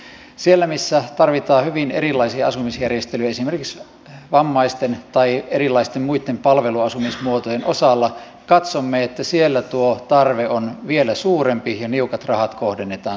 eli siellä missä tarvitaan hyvin erilaisia asumisjärjestelyjä esimerkiksi vammaisten tai erilaisten muitten palveluasumismuotojen osalla katsomme että tuo tarve on vielä suurempi ja niukat rahat kohdennetaan sinne